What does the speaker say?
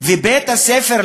ובית-הספר,